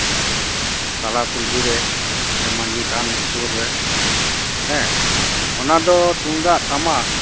ᱛᱟᱞᱟ ᱠᱩᱞᱦᱤᱨᱮ ᱥᱮ ᱢᱟᱹᱡᱷᱤ ᱛᱷᱟᱱ ᱥᱩᱨᱨᱮ ᱦᱮᱸ ᱚᱱᱟᱫᱚ ᱛᱩᱢᱫᱟᱜ ᱴᱟᱢᱟᱠ